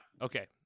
Okay